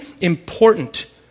important